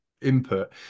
input